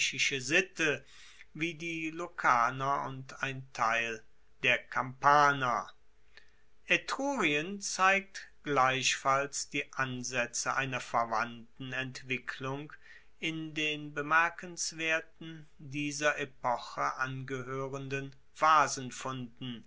wie die lucaner und ein teil der kampaner etrurien zeigt gleichfalls die ansaetze einer verwandten entwicklung in den bemerkenswerten dieser epoche angehoerenden